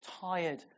tired